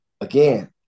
again